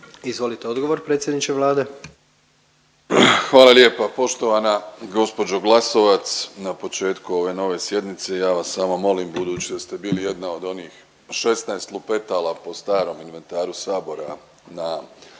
Izvolite odgovor predsjedniče Vlade. **Plenković, Andrej (HDZ)** Poštovana gospođo Glasovac na početku ove nove sjednice ja vas samo molim budući da ste bili jedna od onih 16 lupetala po starom inventaru Sabora na